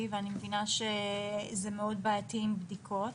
ואני מבינה שזה מאוד בעייתי עם בדיקות,